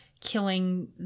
killing